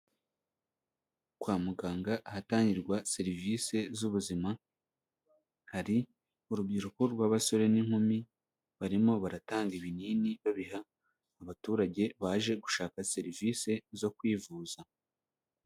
Kwa muganga ahatangirwa serivise z'ubuzima, hari urubyiruko rw'abasore n'inkumi, barimo baratanga ibinini babiha abaturage baje gushaka serivise zo kwivuza.